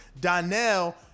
Donnell